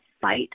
fight